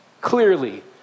clearly